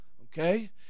okay